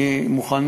אני מוכן,